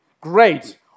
Great